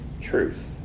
truth